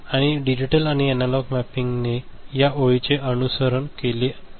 आणि डिजिटल आणि analogue mapping ने या ओळीचे अनुसरण केले पाहिजे